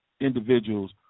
individuals